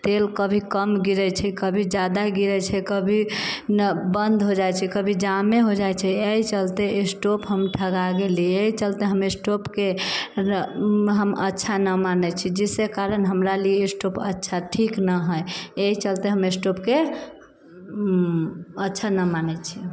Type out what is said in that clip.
तेल कभी कम गिरै छै कभी जादा गिरै छै कभी बन्द हो जाइ छै कभी जामे हो जाइ छै एहि चलते स्टोव हम ठगा गेलिऐ एहि चलते हम स्टोव के हम अच्छा न मानै छी जिसके कारण हमरा लिए स्टोव अच्छा ठीक न हइ एहि चलते हम स्टोव के अच्छा नऽ मानै छी